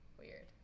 weird